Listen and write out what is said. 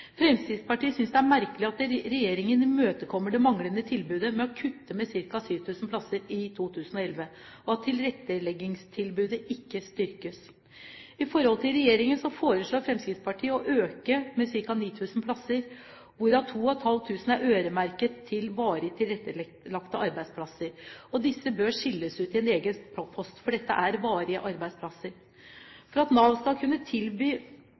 Fremskrittspartiet synes det er merkelig at regjeringen imøtekommer det manglende tilbudet med å kutte med ca. 7 000 plasser i 2011, og at tilretteleggingstilbudet ikke styrkes. I forhold til regjeringen foreslår Fremskrittspartiet å øke antallet med ca. 9 000 plasser, hvorav 2 500 er øremerket til varig tilrettelagte arbeidsplasser. Disse bør skilles ut i en egen post, for dette er varige arbeidsplasser. For at Nav skal kunne tilby